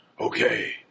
Okay